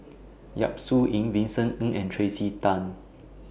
Yap Su Yin Vincent Ng and Tracey Tan